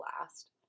last